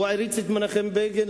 הוא העריץ את מנחם בגין,